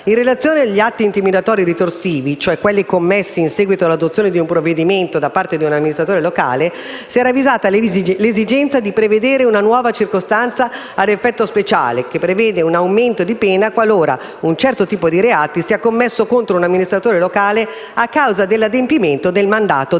In relazione agli atti intimidatori ritorsivi, cioè a quelli commessi in seguito all'adozione di un provvedimento da parte di un amministratore locale, si è ravvisata l'esigenza di prevedere una nuova circostanza ad effetto speciale, che prevede un aumento di pena qualora un certo tipo di reati sia commesso contro un amministratore locale a causa dell'adempimento del mandato, delle